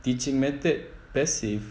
teaching method passive